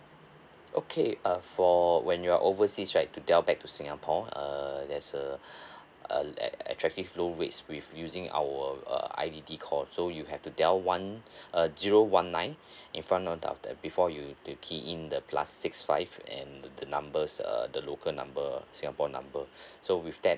okay uh for when you're overseas right to dial back to singapore err there's a uh attractive low rates with using our uh I_D_D call so you have to dial one uh zero one nine in front of uh the before you you key in the plus six five and the the numbers err the local number singapore number so with that